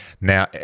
Now